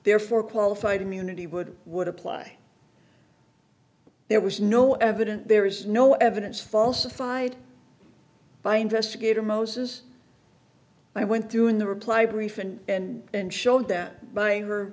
therefore qualified immunity would would apply there was no evidence there is no evidence falsified by investigator mosts i went through in the reply brief and and and showed that by her